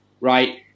Right